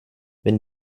wenn